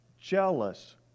jealous